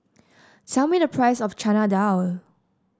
tell me the price of Chana Dal